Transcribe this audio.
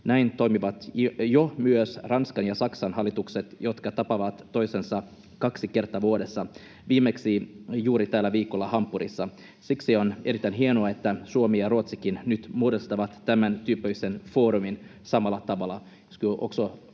Näin toimivat jo myös Ranskan ja Saksan hallitukset, jotka tapaavat toisensa kaksi kertaa vuodessa, viimeksi juuri tällä viikolla Hampurissa. Siksi on erittäin hienoa, että Suomi ja Ruotsikin nyt muodostavat tämäntyyppisen foorumin samalla tavalla.